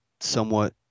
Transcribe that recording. somewhat